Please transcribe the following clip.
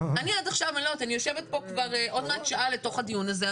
אני יושבת פה עוד מעט שעה לתוך הדיון הזה.